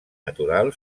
natural